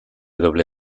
doble